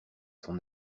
son